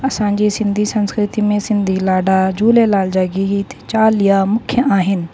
असांजी सिंधी संस्कृति में सिंधी लाॾा झूलेलाल जा गीत चालीहा मुख्य आहिनि